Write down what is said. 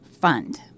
fund